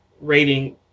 rating